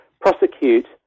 prosecute